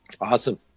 Awesome